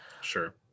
Sure